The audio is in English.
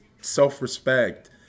self-respect